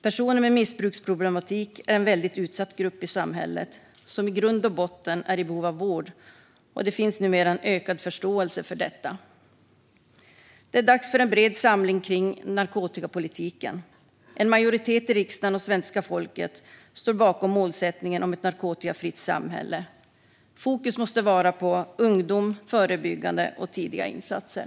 Personer med missbruksproblematik är en väldigt utsatt grupp i samhället som i grund och botten är i behov av vård, och det finns numera en ökad förståelse för detta. Det är dags för en bred samling kring narkotikapolitiken. En majoritet i riksdagen och svenska folket står bakom målsättningen om ett narkotikafritt samhälle. Fokus måste vara på ungdomar, förebyggande och tidiga insatser.